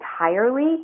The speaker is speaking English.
entirely